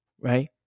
right